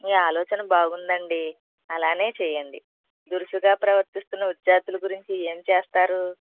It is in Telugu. మీ ఆలోచన బాగుంది అండి అలానే చేయండి దురుసుగా ప్రవర్తిస్తున్న విద్యార్థులు గురించి ఏమి చేస్తారు